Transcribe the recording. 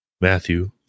Matthew